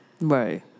Right